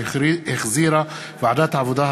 שהחזירה ועדת העבודה,